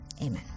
amen